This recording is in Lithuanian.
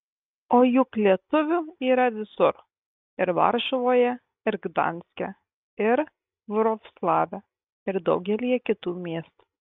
o juk lietuvių yra visur ir varšuvoje ir gdanske ir vroclave ir daugelyje kitų miestų